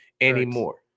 anymore